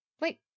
Wait